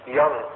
young